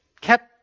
kept